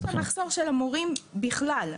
יש מחסור של מורים בכלל.